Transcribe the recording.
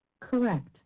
Correct